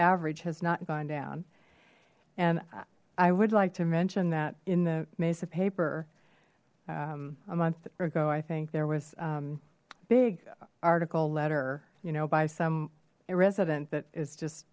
average has not gone down and i would like to mention that in the mesa paper a month ago i think there was a big article letter you know by some a resident that is just